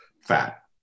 fat